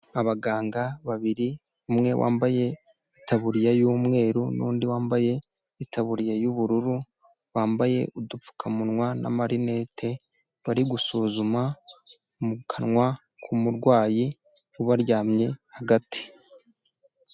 Abaganga babiri, umwe wambaye itaburiya y'umweru n'undi wambaye itaburiya y'ubururu, bambaye udupfukamunwa n'amarinete, bari gusuzuma mu kanwa k'umurwayi ubaryamye hagati.